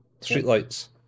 streetlights